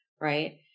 right